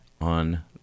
on